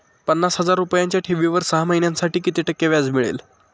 पन्नास हजार रुपयांच्या ठेवीवर सहा महिन्यांसाठी किती टक्के व्याज मिळेल?